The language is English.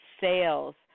sales